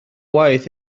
waith